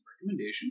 recommendation